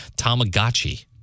Tamagotchi